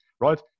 right